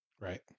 Right